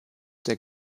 der